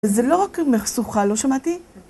זה לא רק מסוכה, לא שמעתי?